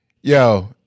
Yo